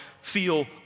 feel